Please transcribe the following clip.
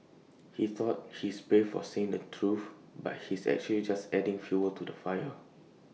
he thought he's brave for saying the truth but he's actually just adding fuel to the fire